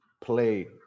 play